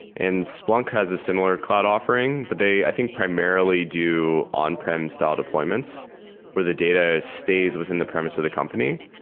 and splunk has a similar cloud offering they i think primarily do on-prem style deployment where the data stays within the premise of the company.